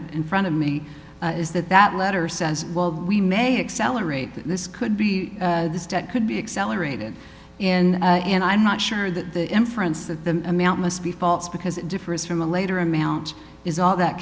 front of me is that that letter says well we may accelerate this could be this debt could be accelerated in and i'm not sure that the inference that the amount must be false because it differs from a later amount is all that